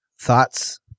Thoughts